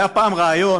היה פעם רעיון